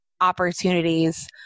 opportunities